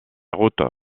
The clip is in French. route